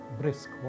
brisk